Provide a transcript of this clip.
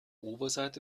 oberseite